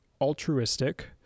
altruistic